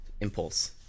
impulse